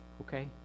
Okay